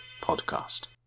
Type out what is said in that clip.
Podcast